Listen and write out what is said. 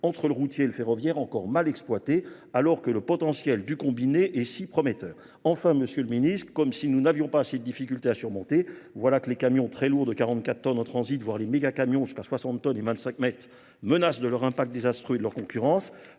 entre le routier et le ferroviaire encore mal exploité alors que le potentiel du combiné est si prometteur. Enfin monsieur le ministre, comme si nous n'avions pas assez de difficultés à surmonter, Voilà que les camions très lourds de 44 tonnes en transit, voire les méga camions jusqu'à 60 tonnes et 25 mètres, menacent de leur impact désastreux et de leur concurrence.